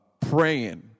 praying